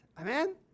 Amen